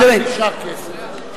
מה אם נשאר כסף?